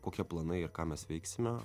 kokie planai ir ką mes veiksime